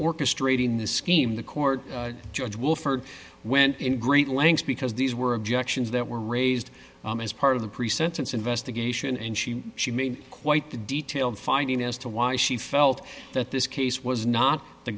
orchestrating this scheme the court judge wilford went in great lengths because these were objections that were raised as part of the pre sentence investigation and she she made quite the detailed finding as to why she felt that this case was not the